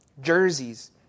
jerseys